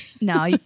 No